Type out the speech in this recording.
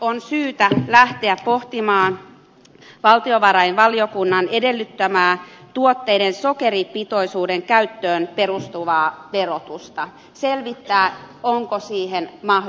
on syytä lähteä pohtimaan valtiovarainvaliokunnan edellyttämää tuotteiden sokeripitoisuuden käyttöön perustuvaa verotusta selvittää onko siihen mahdollisuuksia